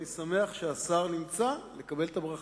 אני שמח שהשר נמצא לקבל את הברכה.